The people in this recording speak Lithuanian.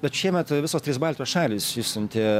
bet šiemet visos trys baltijos šalys išsiuntė